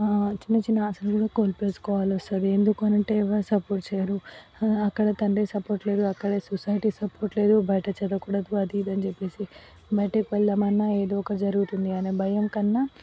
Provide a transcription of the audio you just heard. చిన్న చిన్న ఆశలు కూడా కోల్పేసికోవాలొస్తది ఎందుకనంటే ఎవ్వరు సపోర్ట్ చేయరు అక్కడ తండ్రి సపోర్ట్ లేదు అక్కడే సొసైటీ సపోర్ట్ లేదు బయట చదవకూడదు అది ఇది అని చెప్పేసి బయటకి వెళ్దామన్నా ఏదోకటి జరుగుతుంది అనే భయం కన్నా